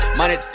money